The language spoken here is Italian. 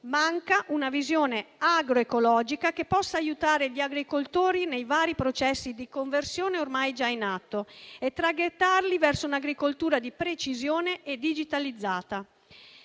Manca una visione agroecologica che possa aiutare gli agricoltori nei vari processi di conversione ormai già in atto e traghettarli verso un'agricoltura di precisione e digitalizzata.